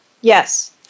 Yes